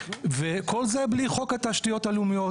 וכל זה בלי חוק התשתיות הלאומיות.